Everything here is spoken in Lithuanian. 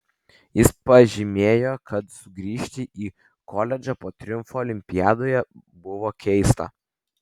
jis pažymėjo kad sugrįžti į koledžą po triumfo olimpiadoje buvo keista